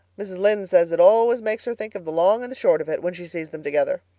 mrs. lynde says it always makes her think of the long and short of it when she sees them together.